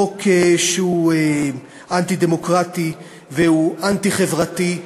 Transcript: חוק שהוא אנטי-דמוקרטי ואנטי-חברתי.